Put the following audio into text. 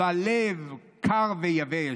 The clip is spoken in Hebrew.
אבל לב קר ויבש.